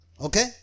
Okay